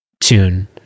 tune